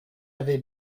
avait